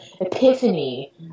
epiphany